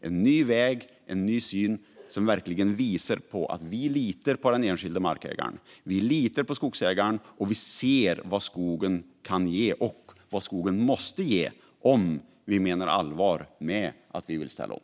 Vi visar verkligen att vi litar på den enskilda markägaren och på skogsägaren, och vi ser vad skogen kan ge och måste ge om vi menar allvar med att ställa om.